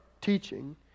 teaching